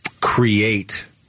create